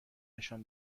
نشان